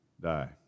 die